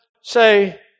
say